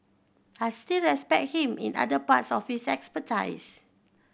I still respect him in other parts of his expertise